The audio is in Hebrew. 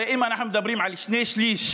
הרי אם אנחנו מדברים על שני שלישים,